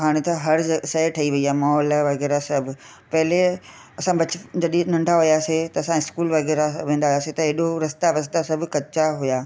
हाणे त हर शइ ठही वई आहे मॉल वग़ैरह सभु पहिले असां बच जडहिं नंढा हुआसीं त असां इस्कूल वग़ैरह वेंदा हुआसीं त अहिड़ो रस्ता वस्ता सभु कच्चा हुया